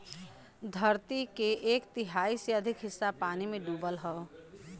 धरती के एक तिहाई से अधिक हिस्सा पानी में डूबल हौ